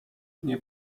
nie